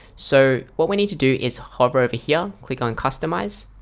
so what we need to do is hover over here click on customize